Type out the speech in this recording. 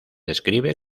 describe